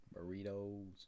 Burritos